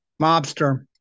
mobster